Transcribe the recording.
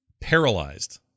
paralyzed